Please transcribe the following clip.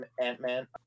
Ant-Man